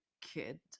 kid